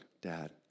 dad